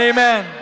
Amen